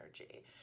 energy